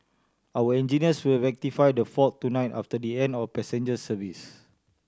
our engineers will rectify the fault tonight after the end of passenger service